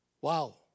Wow